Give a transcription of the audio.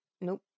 Nope